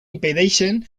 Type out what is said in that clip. impedeixen